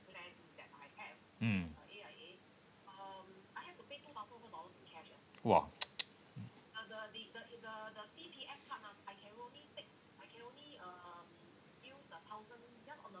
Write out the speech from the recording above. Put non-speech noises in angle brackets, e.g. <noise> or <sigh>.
mm !wah! <noise>